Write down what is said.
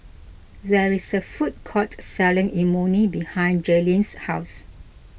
there is a food court selling Imoni behind Jailyn's house